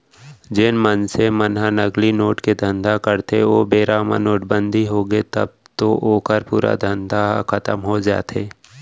जेन मनसे मन ह नकली नोट के धंधा करथे ओ बेरा म नोटबंदी होगे तब तो ओखर पूरा धंधा ह खतम हो जाथे